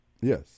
Yes